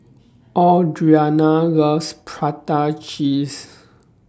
Audriana loves Prata Cheese